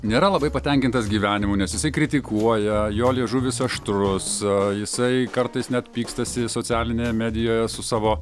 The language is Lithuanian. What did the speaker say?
nėra labai patenkintas gyvenimu nes jisai kritikuoja jo liežuvis aštrus jisai kartais net pykstasi socialinėje medijoje su savo